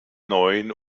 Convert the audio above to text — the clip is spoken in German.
neuen